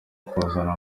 kuzana